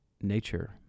nature